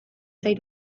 zait